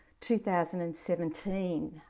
2017